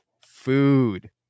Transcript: food